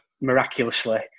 miraculously